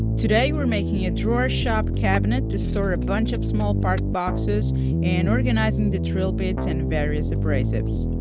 today we're making a drawer shop cabinet to store a bunch of small parts boxes and organizing the drill bits and various abrasives.